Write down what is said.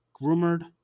rumored –